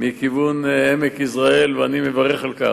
מכיוון עמק-יזרעאל, ואני מברך על כך.